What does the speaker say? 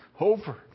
Over